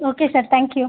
okay sir thank you